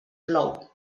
plou